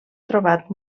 trobat